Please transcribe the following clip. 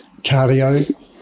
cardio